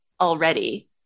already